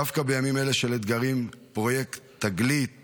דווקא בימים אלה של אתגרים, הפרויקט תגלית